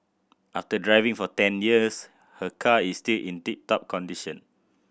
after driving for ten years her car is still in tip top condition